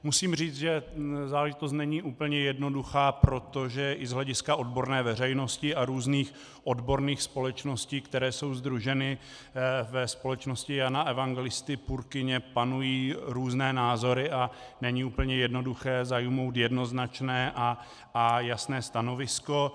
Musím říct, že záležitost není úplně jednoduchá, protože i z hlediska odborné veřejnosti a různých odborných společností, které jsou sdruženy ve Společnosti Jana Evangelisty Purkyně, panují různé názory a není úplně jednoduché zaujmout jednoznačné a jasné stanovisko.